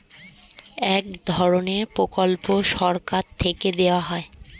এক ধরনের প্রকল্প সরকার থেকে দেওয়া হয়